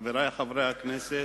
חברי חברי הכנסת,